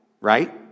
right